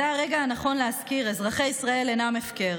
זה הרגע הנכון להזכיר: אזרחי ישראל אינם הפקר.